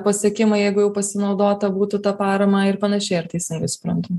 pasiekimai jeigu jau pasinaudota būtų ta parama ir panašiai ar teisingai suprantu